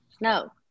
No